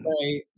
Right